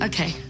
Okay